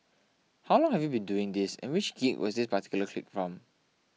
how long have you been doing this and which gig was this particular clip from